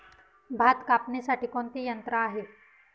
भात कापणीसाठी कोणते यंत्र आहे?